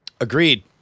Agreed